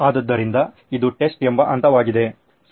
ಆದ್ದರಿಂದ ಇದು ಟೆಸ್ಟ್ ಎಂಬ ಹಂತವಾಗಿದೆ